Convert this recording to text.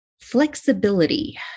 Flexibility